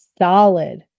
solid